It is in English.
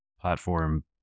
platform